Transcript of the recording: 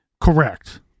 Correct